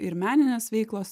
ir meninės veiklos